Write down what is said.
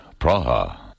Praha